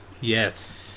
Yes